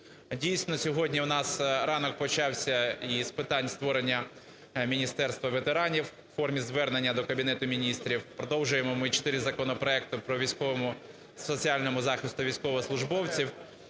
Дійсно, сьогодні у нас ранок почався із питань створення Міністерства ветеранів у формі звернення до Кабінету Міністрів. Продовжуємо ми чотири законопроекти про соціальний захист військовослужбовців.